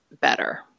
better